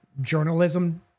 journalism